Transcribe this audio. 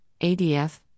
ADF